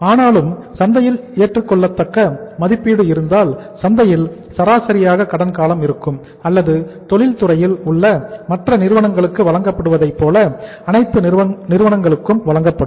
ஆனாலும் சந்தையில் ஏற்றுக்கொள்ளத்தக்க மதிப்பீடு இருந்தால் சந்தையில் சராசரியாக கடன் காலம் இருக்கும் அல்லது தொழில் துறையில் உள்ள மற்ற நிறுவனங்களுக்கு வழங்கப்படுவதைப் போல அனைத்து நிறுவனங்களுக்கும் வழங்கப்படும்